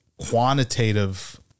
quantitative